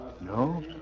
no